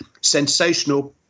sensational